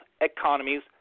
economies